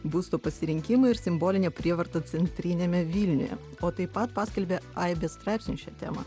būsto pasirinkimai ir simbolinė prievarta centriniame vilniuje o taip pat paskelbė aibę straipsnių šia tema